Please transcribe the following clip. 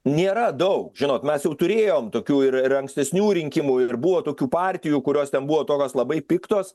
nėra daug žinot mes jau turėjom tokių ir ir ankstesnių rinkimų ir buvo tokių partijų kurios ten buvo tokios labai piktos